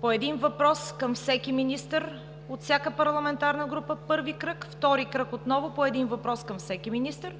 по един въпрос към всеки министър от всяка парламентарна група – първи кръг, втори кръг – отново по един въпрос към всеки министър, а